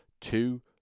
two